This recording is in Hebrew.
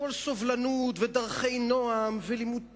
הכול סובלנות ודרכי נועם ולימוד תורה,